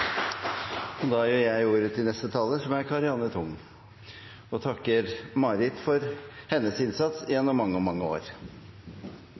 Da gir jeg ordet til neste taler, som er Karianne O. Tung, og takker Marit for hennes innsats gjennom mange, mange år!